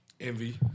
Envy